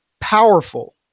powerful